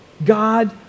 God